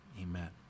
Amen